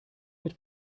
mit